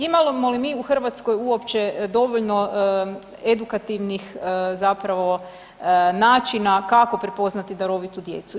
Imamo li mi u Hrvatskoj uopće dovoljno edukativnih zapravo načina kako prepoznati darovitu djecu.